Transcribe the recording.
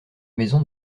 maison